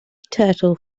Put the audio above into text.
turtle